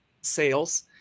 sales